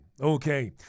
Okay